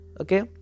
Okay